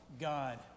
God